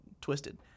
twisted